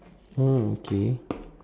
oh okay